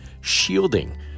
shielding